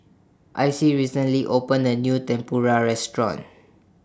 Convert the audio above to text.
Icie recently opened A New Tempura Restaurant